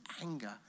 anger